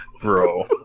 Bro